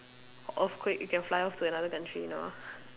earthquake you can fly off to another country you know